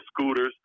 scooters